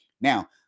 Now